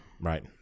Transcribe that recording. right